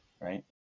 right